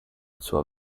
zur